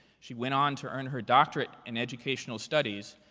she went on to earn her doctorate in educational studies.